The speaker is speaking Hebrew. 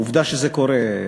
עובדה שזה קורה,